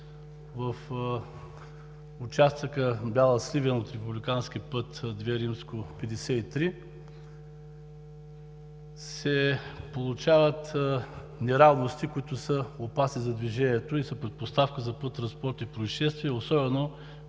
в участъка Бяла – Сливен, от републикански път II-53, се получават неравности, които са опасни за движението и са предпоставка за пътнотранспортни произшествия, особено